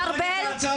אני מתבלבל.